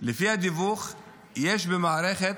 יש במערכת,